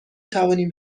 توانیم